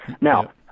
Now